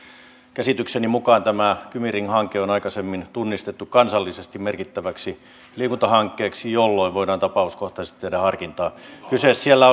käsitykseni mukaan tämä kymi ring hanke on aikaisemmin tunnistettu kansallisesti merkittäväksi liikuntahankkeeksi jolloin voidaan tapauskohtaisesti tehdä harkintaa kyseessä siellä